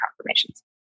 confirmations